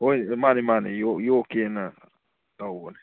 ꯍꯣꯏ ꯃꯥꯅꯤ ꯃꯥꯅꯤ ꯌꯣꯛ ꯌꯣꯛꯀꯦꯅ ꯇꯧꯕꯅꯤ